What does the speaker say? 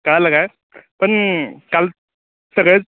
का लगाय पण काल सगळ्याच